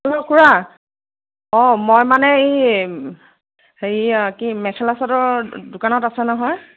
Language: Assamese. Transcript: হেল্ল' কোৱা অঁ মই মানে এই হেইয়া কি মেখেলা চাদৰ দোকানত আছে নহয়